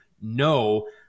No